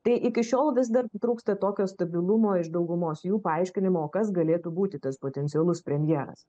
tai iki šiol vis dar trūksta tokio stabilumo iš daugumos jų paaiškinimo kas galėtų būti tas potencialus premjeras